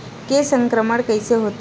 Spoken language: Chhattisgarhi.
के संक्रमण कइसे होथे?